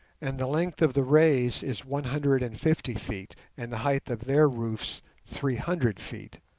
and the length of the rays is one hundred and fifty feet, and the height of their roofs three hundred feet,